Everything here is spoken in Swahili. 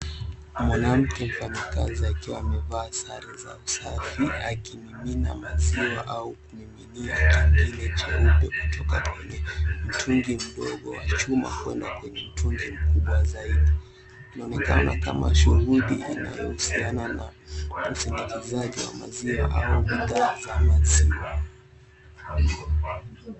Mwanamke mfanyakazi akiwa amevaa sare za usafi akimimina maziwa au kumiminia kingine cheupe kutoka kwenye mtungi wa chuma kwenda kwenye mtungi mkubwa zaidi, inaonekana kama shughuli inayohusiana na usindikizaji wa maziwa au bidhaa za maziwa.